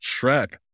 shrek